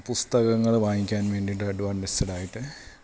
പുസ്തകങ്ങള് വാങ്ങിക്കാൻ വേണ്ടീട്ട് അഡ്വാൻറ്റസ്ഡായിട്ട്